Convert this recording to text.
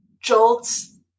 jolts